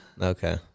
Okay